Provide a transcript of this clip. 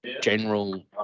general